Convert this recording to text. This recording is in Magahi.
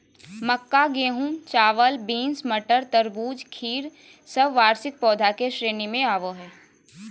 मक्का, गेहूं, चावल, बींस, मटर, तरबूज, खीर सब वार्षिक पौधा के श्रेणी मे आवो हय